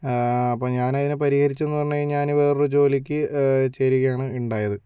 അപ്പം ഞാനതിന് പരിഹരിച്ചെന്ന് പറഞ്ഞ് കഴിഞ്ഞാല് ഞാന് വേറൊരു ജോലിക്ക് ചേരുകയാണ് ഇണ്ടായത്